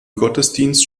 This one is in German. gottesdienst